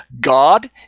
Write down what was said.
God